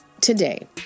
today